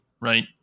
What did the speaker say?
right